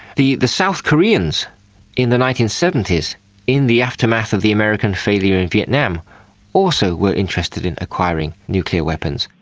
the the south koreans in the nineteen seventy s in the aftermath of the american failure in vietnam also were interested in acquiring nuclear weapons.